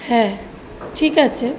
হ্যাঁ ঠিক আছে